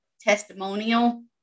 testimonial